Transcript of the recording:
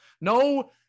no